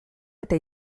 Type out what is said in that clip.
eta